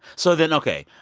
so then, ok,